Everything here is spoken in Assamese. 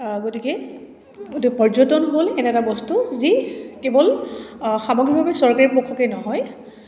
গতিকে এইটো পৰ্যটন হ'ল এনে এটা বস্তু যি কেৱল সামগ্ৰীকভাৱে চৰকাৰী পক্ষকে নহয়